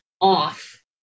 off